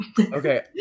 Okay